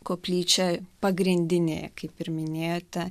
koplyčia pagrindinė kaip ir minėjote